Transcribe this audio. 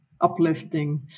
Uplifting